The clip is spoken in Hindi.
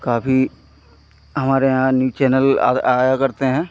काफ़ी हमारे यहाँ न्यूज़ चैनल आ आया करते हैं